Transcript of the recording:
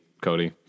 Cody